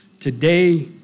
today